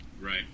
Right